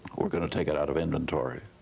we're going to take it out of inventory.